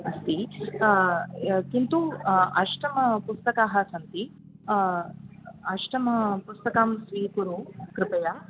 अस्ति किन्तु अष्ट पुस्तकानि सन्ति अष्टमपुस्तकं स्वीकुरु कृपया